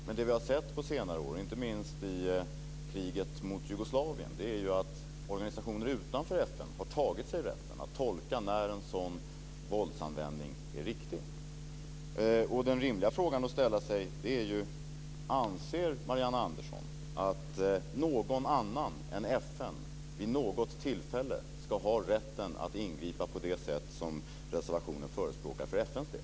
Men det vi har sett under senare år, inte minst i kriget mot Jugoslavien, är ju att organisationer utanför FN har tagit sig rätten att tolka när en sådan våldsanvändning är riktig. Den rimliga frågan att ställa sig är ju: Anser Marianne Andersson att någon annan än FN vid något tillfälle ska ha rätten att ingripa på det sätt som man förespråkar i reservationen för FN:s del?